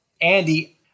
Andy